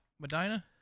Medina